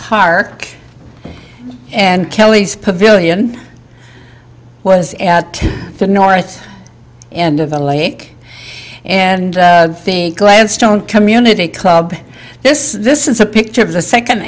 park and kelly's pavilion was at the north end of the lake and the gladstone community club this this is a picture of the second